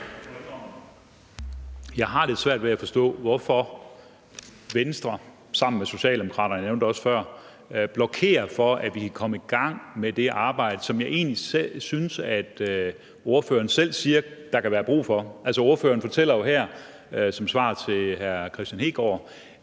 jeg har lidt svært ved at forstå, hvorfor Venstre sammen med Socialdemokraterne – jeg nævnte det også før – blokerer for, at vi kan komme i gang med det arbejde, som jeg egentlig synes ordføreren selv siger at der kan være brug for. Ordføreren fortæller jo her som svar til hr. Kristian Hegaard,